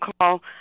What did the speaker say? call